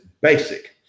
basic